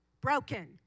broken